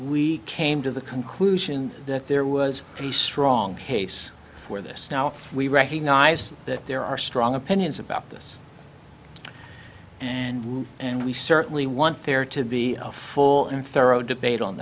we came to the conclusion that there was a pretty strong case for this now we recognize that there are strong opinions about this and and we certainly want there to be a full and thorough debate on